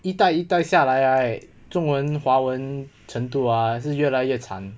一代一代下来 right 中文华文程度啊是越来越惨